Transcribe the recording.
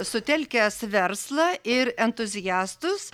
sutelkęs verslą ir entuziastus